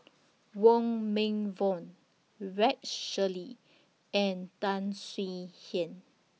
Wong Meng Voon Rex Shelley and Tan Swie Hian